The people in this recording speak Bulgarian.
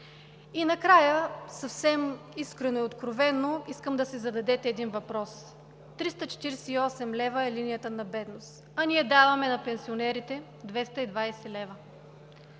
И накрая, съвсем искрено и откровено искам да си зададете един въпрос – 348 лв. е линията на бедност, а ние даваме на пенсионерите 220 лв.